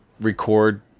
record